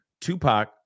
Tupac